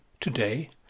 today